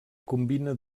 combina